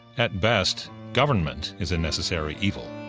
at best, government is a necessary evil.